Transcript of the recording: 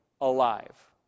alive